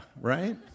right